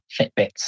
Fitbits